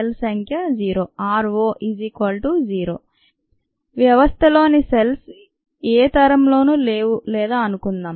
ro 0 వ్యవస్థలో నిసెల్స్ ఏ తరం లోను లేవు లేదా అనుకుందాం